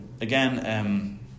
Again